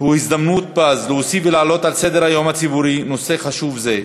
הוא הזדמנות פז להוסיף ולהעלות על סדר-היום הציבורי נושא חשוב זה.